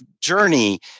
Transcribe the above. journey